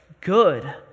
good